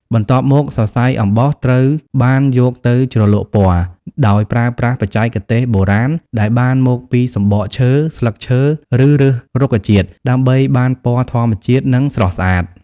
បន្ទាប់មក សរសៃអំបោះត្រូវបានយកទៅ ជ្រលក់ពណ៌ ដោយប្រើប្រាស់បច្ចេកទេសបុរាណដែលបានមកពីសំបកឈើ ស្លឹកឈើ ឬឫសរុក្ខជាតិ ដើម្បីបានពណ៌ធម្មជាតិ និងស្រស់ស្អាត។